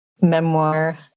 memoir